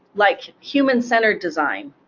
like human-centered design.